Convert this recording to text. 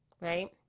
right